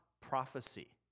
prophecy